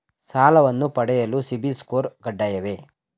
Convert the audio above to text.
ಸಾಲವನ್ನು ಪಡೆಯಲು ಸಿಬಿಲ್ ಸ್ಕೋರ್ ಕಡ್ಡಾಯವೇ?